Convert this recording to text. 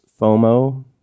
FOMO